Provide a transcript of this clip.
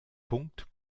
punkt